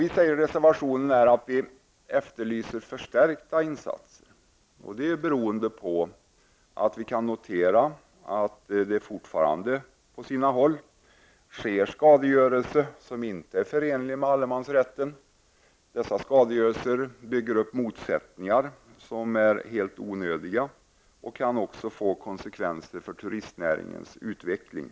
I vår reservation efterlyser vi förstärkta insatser, vilket beror på att vi har kunnat notera att det fortfarande på sina håll sker skadegörelse som inte är förenlig med allemansrätten. Denna skadegörelse skapar motsättningar som är helt onödiga och som också kan få negativa konsekvenser för turistnäringens utveckling.